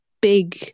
big